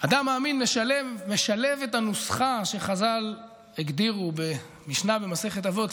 אדם מאמין משלב את הנוסחה שחז"ל הגדירו במשנה במסכת אבות,